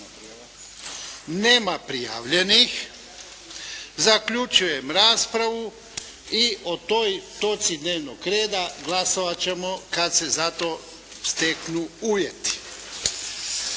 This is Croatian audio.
Nema prijavljenih. Zaključujem raspravu. O toj točci dnevnog reda glasovat ćemo kad se za to steknu uvjeti.